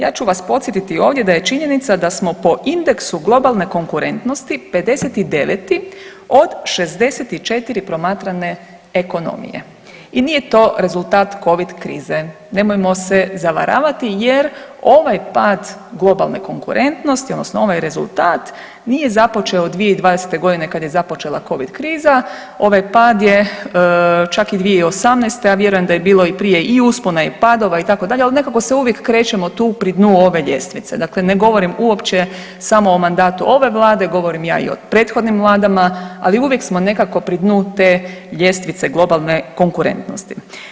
Ja ću vas podsjetiti ovdje da je činjenica da smo po indeksu globalne konkurentnosti 59. od 64. promatrane ekonomije i nije to rezultat covid krize, nemojmo se zavaravati jer ovaj pad globalne konkurentnosti odnosno ovaj rezultat nije započeo 2020.g. kad je započela covid kriza, ovaj pad je čak i 2018., a vjerujem da je bilo i prije i uspona i padova itd., ali nekako se uvijek krećemo tu pri dnu ove ljestvice, dakle ne govorim uopće samo o mandatu ove vlade, govorim ja i o prethodnim vladama, ali uvijek smo nekako pri dnu te ljestvice globalne konkurentnosti.